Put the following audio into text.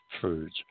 foods